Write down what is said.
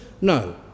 no